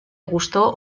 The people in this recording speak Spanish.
gustó